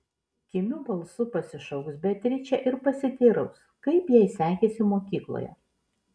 kimiu balsu pasišauks beatričę ir pasiteiraus kaip jai sekėsi mokykloje